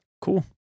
Cool